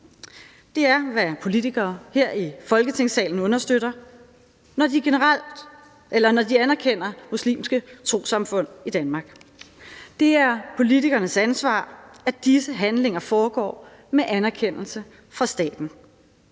Det er, hvad politikere her i Folketingssalen understøtter, når de anerkender muslimske trossamfund i Danmark. Det er politikernes ansvar, at disse handlinger foregår med anerkendelse fra staten.